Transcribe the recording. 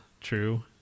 true